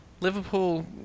Liverpool